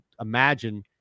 imagine